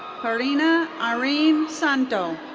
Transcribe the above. perina irene santo.